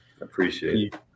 Appreciate